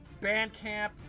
Bandcamp